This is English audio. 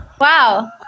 Wow